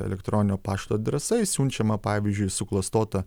elektroninio pašto adresais siunčiama pavyzdžiui suklastota